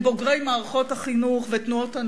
הם בוגרי מערכות החינוך ותנועות הנוער.